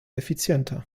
effizienter